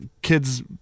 kids